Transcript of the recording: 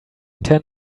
ten